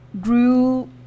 grew